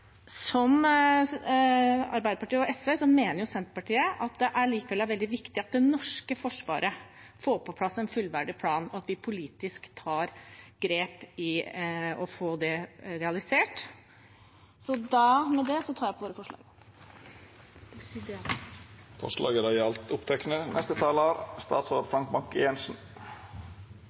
som Arbeiderpartiet og SV, mener også Senterpartiet at det likevel er veldig viktig at det norske forsvaret får på plass en fullverdig plan, og at vi politisk tar grep for å få det realisert.